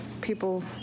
people